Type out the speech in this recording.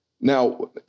Now